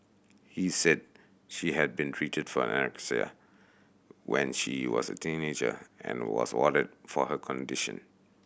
he said she had been treated for anorexia when she was a teenager and was warded for her condition